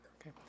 Okay